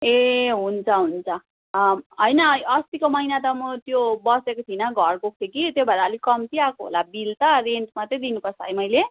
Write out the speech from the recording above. ए हुन्छ हुन्छ होइन अस्तिको महिना त म त्यो बसेको थिइनँ घर गएको थिएँ कि त्यही भएर अलिक कम्ती आएको होला बिल त रेन्ट मात्रै दिनुपर्छ है मैले